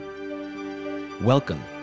Welcome